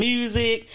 Music